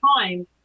time